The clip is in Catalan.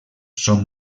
són